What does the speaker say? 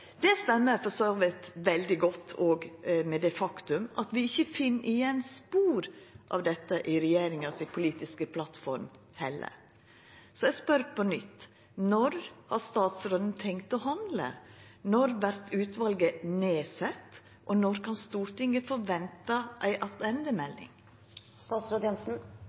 Det stemmer for så vidt veldig godt òg med det faktum at vi ikkje finn igjen spor av dette i regjeringa si politiske plattform heller. Så eg spør på nytt: Når har statsråden tenkt å handla? Når vert utvalet nedsett? Og når kan Stortinget venta ei